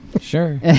Sure